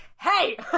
hey